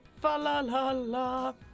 fa-la-la-la